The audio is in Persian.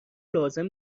لازم